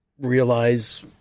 realize